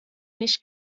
nicht